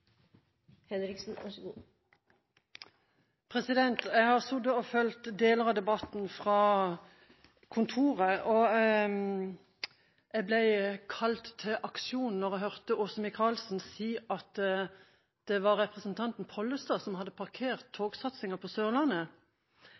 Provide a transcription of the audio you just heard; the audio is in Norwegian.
Jeg har sittet og fulgt deler av debatten fra kontoret, og jeg ble kalt til aksjon da jeg hørte Åse Michaelsen si at det var representanten Pollestad som hadde parkert